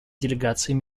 делегацией